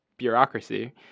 bureaucracy